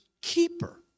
keeper